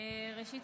ראשית,